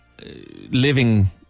living